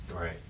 Right